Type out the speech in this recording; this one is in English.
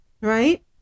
right